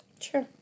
Sure